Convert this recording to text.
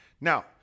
Now